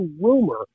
rumor